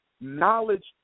knowledge